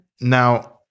now